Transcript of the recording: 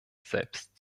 selbst